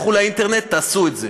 לכו לאינטרנט ותעשו את זה.